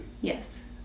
Yes